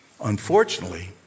Unfortunately